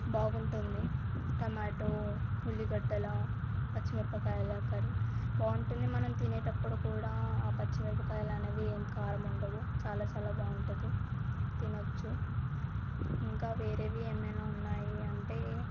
బాగుంటుంది టమాటో ఉల్లిగడ్డల పచ్చిమిరపకాయల కర్రీ బాగుంటుంది మనం తినేటప్పుడు కూడా పచ్చిమిరపకాయలనేవి ఏం కారం ఉండవు చాలా చాలా బాగుంటుంది తినవచ్చు ఇంకా వేరేవి ఏమైనా ఉన్నాయి అంటే